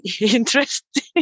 interesting